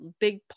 big